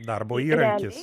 darbo įrankis